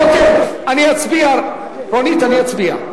אוקיי, רונית, אני אצביע.